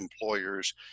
employers